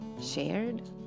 shared